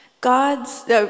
God's